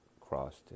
crossed